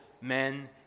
men